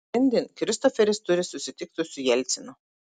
šiandien kristoferis turi susitikti su jelcinu